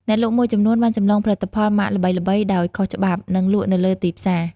អ្នកលក់មួយចំនួនបានចម្លងផលិតផលម៉ាកល្បីៗដោយខុសច្បាប់ និងលក់នៅលើ ទីផ្សារ។